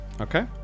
Okay